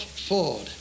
Ford